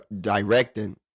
directing